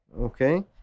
Okay